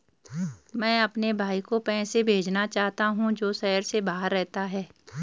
मैं अपने भाई को पैसे भेजना चाहता हूँ जो शहर से बाहर रहता है